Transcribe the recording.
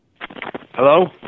Hello